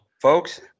folks